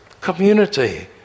community